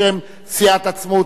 בשם סיעת עצמאות,